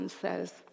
says